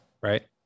right